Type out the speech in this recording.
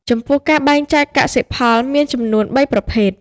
ចំពោះការបែងចែកកសិផលមានចំនួនបីប្រភេទ។